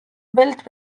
built